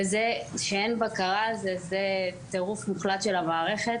זה שאין בקרה זה טירוף מוחלט של המערכת.